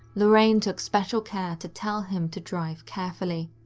lorraine took special care to tell him to drive carefully.